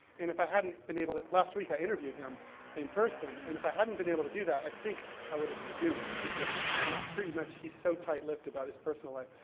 and if i hadn't been able to, last week, i interviewed him in person, and if i hadn't been able to do that, i think i would have been doomed, because you pretty much, he's so tight lipped about his personal life.